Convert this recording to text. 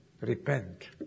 Repent